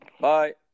Bye